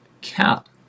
CAT